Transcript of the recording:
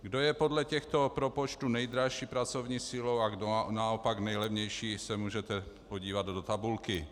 Kdo je podle těchto propočtů nejdražší pracovní silou a kdo naopak nejlevnější, se můžete podívat do tabulky.